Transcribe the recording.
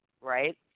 Right